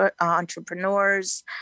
entrepreneurs